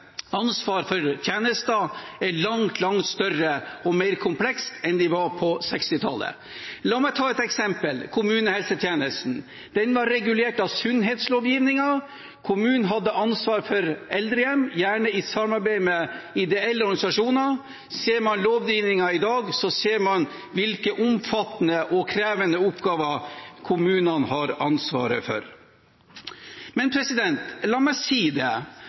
ansvar for tjenester langt, langt større og mer komplekst enn det var på 1960-tallet. La meg ta et eksempel: kommunehelsetjenesten. Den var regulert av sunnhetslovgivningen, og kommunen hadde ansvar for eldrehjem, gjerne i samarbeid med ideelle organisasjoner. Ser man på lovgivningen i dag, ser man hvilke omfattende og krevende oppgaver kommunene har ansvaret for. La meg si det: